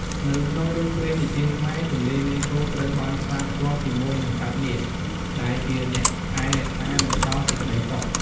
នៅក្នុងរឿងព្រេងនិទានខ្មែរ ទន្លេមេគង្គត្រូវបានផ្សារភ្ជាប់ជាមួយនឹងសត្វនាគ ដែលជាអ្នកថែរក្សា និងផ្ដល់សេចក្ដីសុខ។